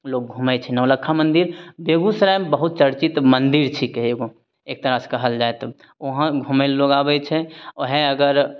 लोग घूमय छै नौलक्खा मन्दिर बेगूसरायमे बहुत चर्चित मन्दिर छीकै एगो एक तरह सँ कहल जाइ तऽ वहाँ घूमय लए लोग आबय छै ओहे अगर